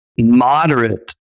moderate